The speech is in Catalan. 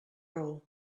raó